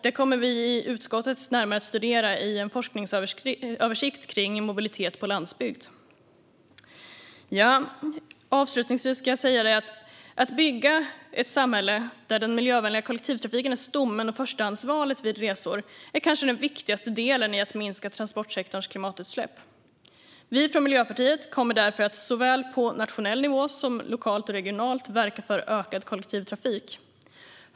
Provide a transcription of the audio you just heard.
Det kommer utskottet att studera närmare i en forskningsöversikt av mobilitet på landsbygd. Att bygga ett samhälle där den miljövänliga kollektivtrafiken är stommen och förstahandsvalet vid resor är kanske den viktigaste delen i att minska transportsektorns klimatutsläpp. Miljöpartiet kommer därför att på såväl nationell som lokal och regional nivå verka för ökad kollektivtrafik.